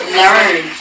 learn